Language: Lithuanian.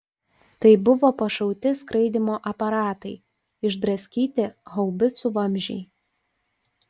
tai buvo pašauti skraidymo aparatai išdraskyti haubicų vamzdžiai